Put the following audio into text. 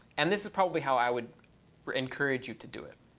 and this is probably how i would encourage you to do it.